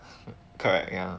correct ya